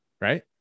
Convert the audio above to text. right